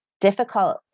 difficult